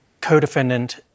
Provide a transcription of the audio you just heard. co-defendant